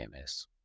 MS